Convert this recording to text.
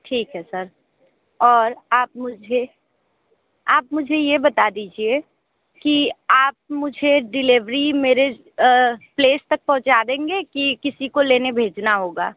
ठीक है सर और आप मुझे आप मुझे ये बता दीजिए कि आप मुझे डिलीवरी मेरे प्लेस तक पहुंचा देंगे कि किसी को लेने भेजना होगा